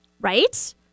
Right